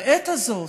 בעת הזאת,